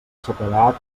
sequedat